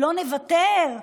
"לא נוותר".